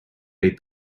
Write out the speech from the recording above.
bade